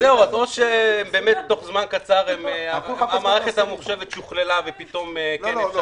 או שתוך זמן קצר המערכת הממוחשבת שוכללה ופתאום כן אפשר,